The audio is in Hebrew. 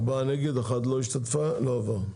ארבעה נגד, אחת לא השתתפה, לא עבר.